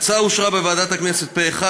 ההצעה אושרה בוועדת הכנסת פה אחד,